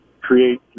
create